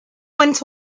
went